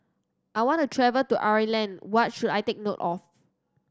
I want to travel to Ireland what should I take note of